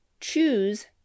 choose